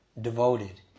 devoted